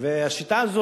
והשיטה הזו,